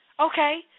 Okay